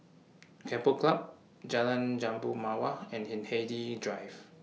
Keppel Club Jalan Jambu Mawar and Hindhede Drive